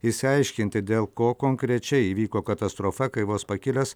išsiaiškinti dėl ko konkrečiai įvyko katastrofa kai vos pakilęs